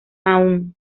aún